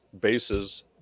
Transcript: bases